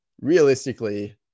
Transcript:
realistically